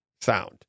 sound